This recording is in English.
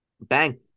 Bang